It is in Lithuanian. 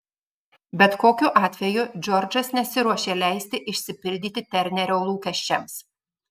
bet kokiu atveju džordžas nesiruošė leisti išsipildyti ternerio lūkesčiams